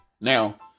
Now